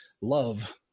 love